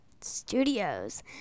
Studios